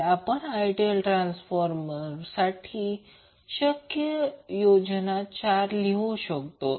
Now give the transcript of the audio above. तर आपण आयडियल ट्रान्सफॉर्मरसाठी शक्य संयोजन चार लिहू शकतो